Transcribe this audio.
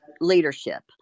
leadership